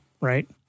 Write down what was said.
right